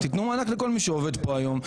תנו מענק לכל מי שעובד פה היום,